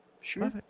sure